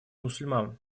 мусульман